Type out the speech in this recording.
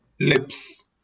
lips